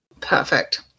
perfect